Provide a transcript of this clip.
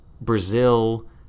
Brazil